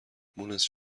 مونس